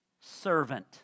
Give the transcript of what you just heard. servant